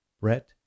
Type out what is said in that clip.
Brett